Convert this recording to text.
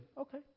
okay